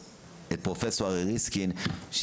את פרופ' אריה ריסקין,